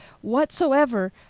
whatsoever